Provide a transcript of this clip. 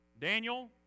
Daniel